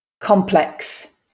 Complex